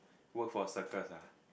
work for circus lah